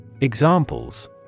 Examples